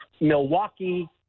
Milwaukee